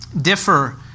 differ